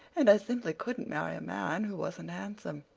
and i simply couldn't marry a man who wasn't handsome.